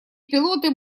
пилоты